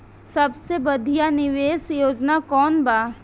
सबसे बढ़िया निवेश योजना कौन बा?